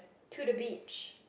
to the beach